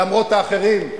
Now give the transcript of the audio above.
למרות האחרים.